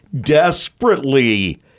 desperately